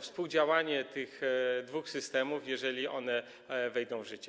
współdziałanie tych dwóch systemów, jeżeli one wejdą w życie?